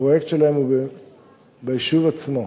הפרויקט שלהן הוא ביישוב עצמו.